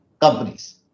companies